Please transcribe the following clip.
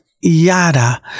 yada